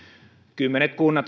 kymmenet kunnat